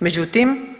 Međutim,